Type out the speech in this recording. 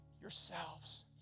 yourselves